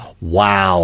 wow